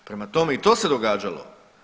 Prema tome i to se događalo.